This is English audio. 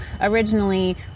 originally